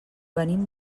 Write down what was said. venim